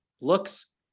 looks